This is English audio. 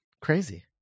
crazy